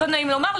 לא נעים לומר,